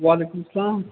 وعلیکُم السلام